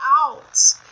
out